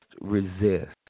resist